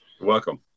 Welcome